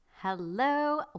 Hello